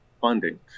funding